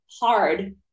hard